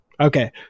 Okay